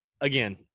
again